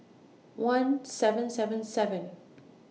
one seven seven seven